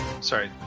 Sorry